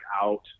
out